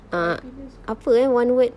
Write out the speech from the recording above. ah apa eh one word